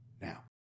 now